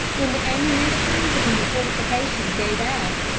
when the ammunition in the fortifications gave out,